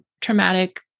traumatic